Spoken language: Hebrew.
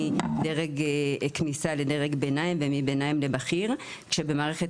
וזה נושא שמעניין להכיר אם בוחנים את